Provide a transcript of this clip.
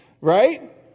Right